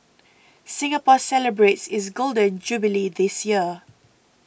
Singapore celebrates its Golden Jubilee this year